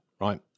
right